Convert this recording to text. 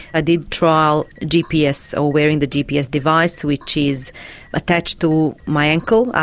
did trial gps or wearing the gps device, which is attached to my ankle,